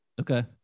Okay